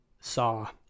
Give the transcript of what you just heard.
saw